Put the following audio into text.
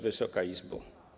Wysoka Izbo!